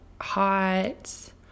hot